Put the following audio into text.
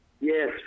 Yes